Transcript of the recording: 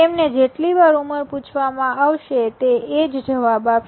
તેમને જેટલી વાર ઉંમર પૂછવામાં આવશે તે એ જ જવાબ આપશે